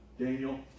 Daniel